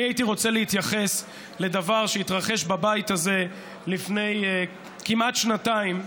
הייתי רוצה להתייחס לדבר שהתרחש בבית הזה לפני כמעט שנתיים.